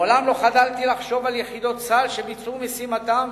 מעולם לא חדלתי לחשוב על יחידות צה"ל שביצעו משימתן,